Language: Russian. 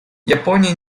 япония